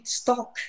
stock